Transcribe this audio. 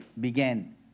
began